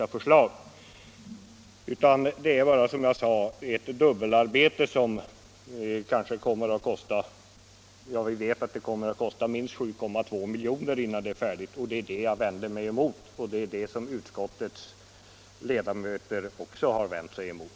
Vad jag vänder mig mot är att man skall göra ett dubbelarbete, som vi vet kommer att kosta minst 7,2 milj.kr.